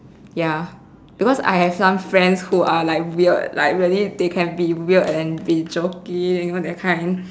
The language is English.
ya because I have some friends who are like weird like really they can be weird and be joking you know that kind